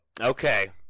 Okay